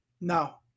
No